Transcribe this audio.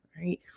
Right